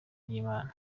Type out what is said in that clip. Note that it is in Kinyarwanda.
ry’imana